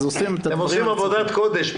אז עושים --- אתם עושים עבודת קודש.